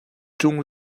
cung